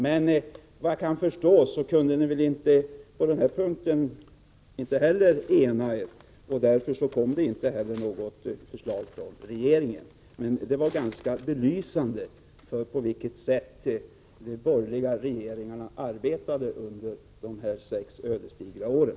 Men såvitt jag förstår kunde ni inte heller på den punkten ena er, och därför kom det inte heller något förslag från regeringen. Det var ganska belysande för det sätt på vilket de borgerliga regeringarna arbetade under de här sex ödesdigra åren.